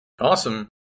Awesome